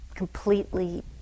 completely